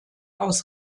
aus